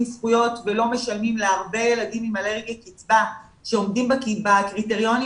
זכויות ולא משלמים להרבה ילדים עם אלרגיה קצבה שעומדים בקריטריונים.